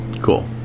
Cool